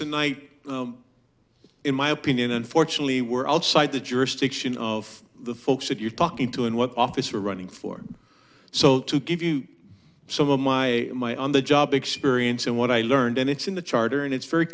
tonight in my opinion unfortunately were outside the jurisdiction of the folks that you're talking to and what office are running for so to give you some of my my on the job experience and what i learned and it's in the charter and it's very